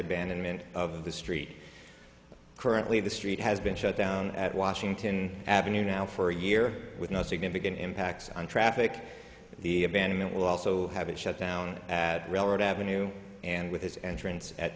abandonment of the street currently the street has been shut down at washington avenue now for a year with no significant impacts on traffic the abandoned it will also have it shut down at railroad avenue and with his entrance at